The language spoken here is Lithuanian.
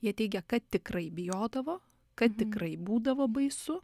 jie teigia kad tikrai bijodavo kad tikrai būdavo baisu